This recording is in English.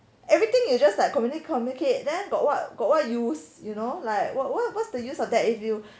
everything you just like communica~ communicate then got what got what use you know like what what what's the use of that you